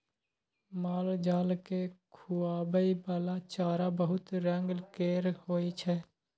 मालजाल केँ खुआबइ बला चारा बहुत रंग केर होइ छै